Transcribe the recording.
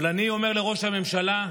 אבל אני אומר לראש הממשלה: